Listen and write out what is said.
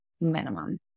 minimum